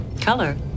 Color